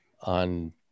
on